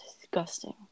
disgusting